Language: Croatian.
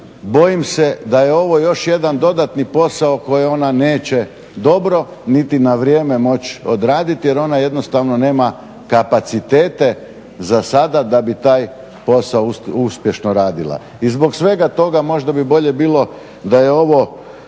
bojim se da je ovo još jedan dodatni posao koji ona neće dobro niti na vrijeme moći odraditi jer ona jednostavno nema kapacitete za sada da bi taj posao uspješno radila. I zbog svega toga možda bi bolje bilo da je ovo